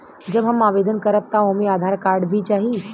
जब हम आवेदन करब त ओमे आधार कार्ड भी चाही?